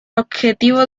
objetivo